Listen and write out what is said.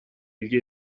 gli